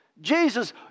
Jesus